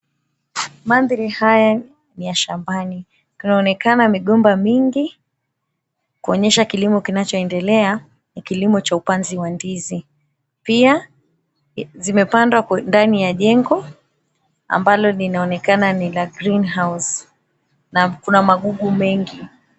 Mandhari haya niya shambani. Kunaonekana migomba mingi, kuonyesha kilimo kinachoendelea ni kilimo cha upanzi wa ndizi. Pia zimepandwa ndani ya jengo ambalo linaonekana ni la greenhouse , na kuna magugu mengi.